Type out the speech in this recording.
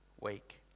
wake